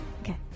Okay